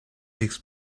takes